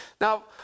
Now